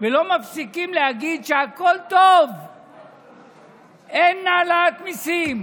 ולא מפסיקים להגיד שהכול טוב, אין העלאת מיסים.